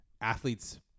athletes